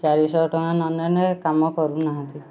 ଚାରିଶହ ଟଙ୍କା ନ ନେନେ କାମ କରୁନାହାଁନ୍ତି